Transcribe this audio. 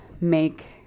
make